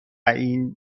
این